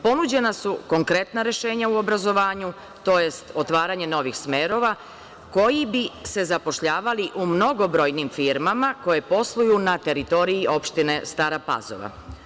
Ponuđena su konkretna rešenja u obrazovanju, to jest otvaranje novih smerova koji bi se zapošljavali u mnogobrojnim firmama koje posluju na teritoriji opštine Stara Pazova.